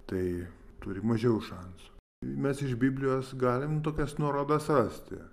tai turi mažiau šansų mes iš biblijos galim tokias nuorodas rasti